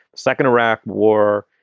second iraq war.